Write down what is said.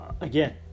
again